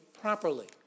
properly